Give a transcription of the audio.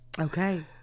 Okay